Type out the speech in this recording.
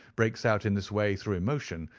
breaks out in this way through emotion,